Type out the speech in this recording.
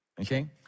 Okay